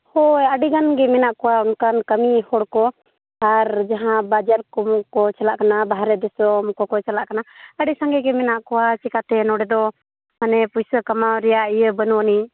ᱦᱳᱭ ᱟᱹᱰᱤ ᱜᱟᱱ ᱜᱮ ᱢᱮᱱᱟᱜ ᱠᱚᱣᱟ ᱚᱱᱠᱟᱱ ᱠᱟᱹᱢᱤ ᱦᱚᱲ ᱠᱚ ᱟᱨ ᱡᱟᱦᱟᱸ ᱵᱟᱡᱟᱨ ᱠᱟᱹᱢᱤ ᱠᱚ ᱪᱟᱞᱟᱜ ᱠᱟᱱᱟ ᱵᱟᱨᱦᱮ ᱫᱤᱥᱚᱢ ᱠᱚ ᱠᱚ ᱪᱟᱞᱟᱜ ᱠᱟᱱᱟ ᱟᱹᱰᱤ ᱥᱟᱸᱜᱮ ᱜᱮ ᱢᱮᱱᱟᱜ ᱠᱚᱣᱟ ᱪᱮᱠᱟᱛᱮ ᱱᱚᱸᱰᱮ ᱫᱚ ᱢᱟᱱᱮ ᱯᱩᱭᱥᱟᱹ ᱠᱟᱢᱟᱣ ᱨᱮᱭᱟᱜ ᱤᱭᱟᱹ ᱵᱟᱹᱱᱩᱜ ᱟᱹᱱᱤᱡ